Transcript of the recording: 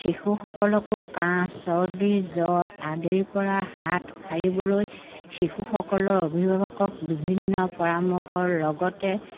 শিশুসকলকো কাহ চৰ্দি জ্বৰ আদিৰপৰা হাত সাৰিবলৈ শিশুসকলৰ অভিভাৱকক বিভিন্ন পৰামৰ্শৰ লগতে